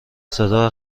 صدای